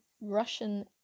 Russian